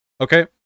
okay